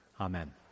Amen